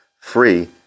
free